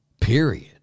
period